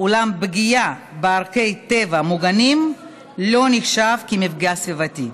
אולם פגיעה בערכי טבע מוגנים אינה נחשבת מפגע סביבתי.